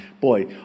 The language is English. Boy